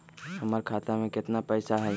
हमर खाता में केतना पैसा हई?